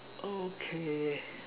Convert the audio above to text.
okay